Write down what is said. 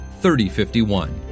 3051